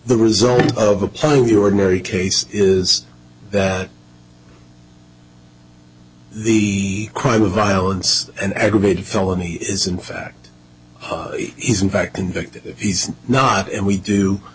the result of applying your ordinary case is that the crime of violence and aggravated felony is in fact is in fact convicted he's not and we do